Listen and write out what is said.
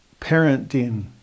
parenting